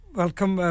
welcome